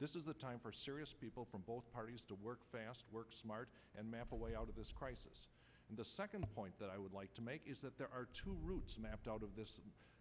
this is the time for serious people from both parties to work fast work smart and map a way out of this crisis the second point that i would like to make is that there are two routes mapped out of this